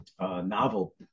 novel